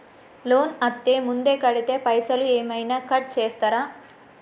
Loan అత్తే ముందే కడితే పైసలు ఏమైనా కట్ చేస్తరా?